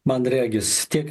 man regis tiek